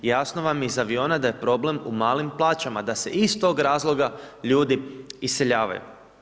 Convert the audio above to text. Jasno vam je iz aviona da je problem u malim plaćama, da se iz toga razloga ljudi iseljavaju.